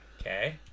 Okay